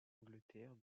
angleterre